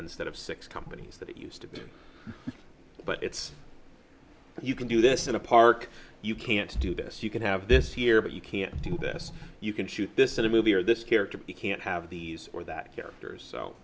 instead of six companies that used to be but it's you can do this in a park you can't do this you can have this here but you can't do this you can shoot this in a movie or this character you can't have these or that characters so